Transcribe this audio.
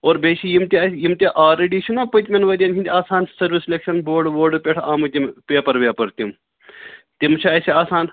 اور بیٚیہِ چھِ یِم تہِ اَسہِ یِم تہِ آلریٚڈی چھِنا پٔتمٮ۪ن ؤرین ہِنٛدۍ آسان سٔروِس سِلٮ۪کشَن بوڈٕ ووڈٕ پٮ۪ٹھ آمٕتۍ یِم پٮ۪پَر وٮ۪پَر تِم تِم چھِ اَسہِ آسان